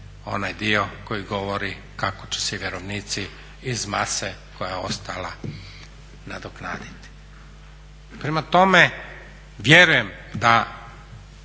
onaj dio koji govori kako će se vjerovnici iz mase koja je ostala nadoknaditi. Prema tome, vjerujem da